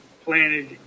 planted